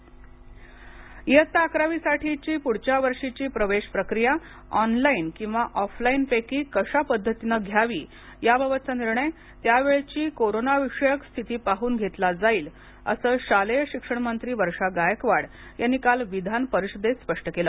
अकरावी प्रवेश इयत्ता अकरावीसाठीची पुढच्या वर्षीची प्रवेश प्रक्रिया ऑनलाईन किंवा ऑफलाईन पैकी कशा पद्धतीनं घ्यावी याबाबतचा निर्णय त्यावेळची कोरोनाविषयक स्थिती पाडून घेतला जाईल असं शालेय शिक्षणमंत्री वर्षा गायकवाड यांनी काल विधानपरिषदेत स्पष्ट केलं